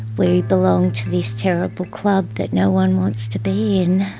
we belong to this terrible club that no one wants to be in.